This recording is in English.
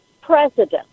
president